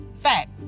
fact